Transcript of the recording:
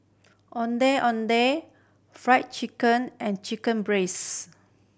Ondeh Ondeh Fried Chicken and chicken